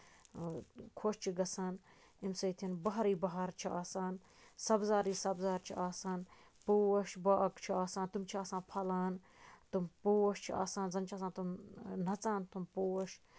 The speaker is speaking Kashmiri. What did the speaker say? خۄش چھُ گژھان اَمہِ سۭتۍ بَہارٕے بَہار چھُ آسان سَبزارٕے سَبزار چھُ آسان پوش باغ چھُ آسان تِم چھِ آسان پھَلان تِم پوش چھِ آسان زَن چھِ آسان تِم نَژان تِم پوش